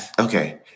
Okay